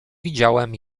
widziałem